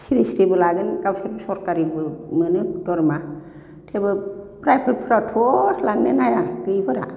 सिरि सिरिबो लागोन गावसोर सरखारिबो मोनो दरमा थेवबो प्राइभेटफ्राथ'लांनोनो हाया गैयिफोरा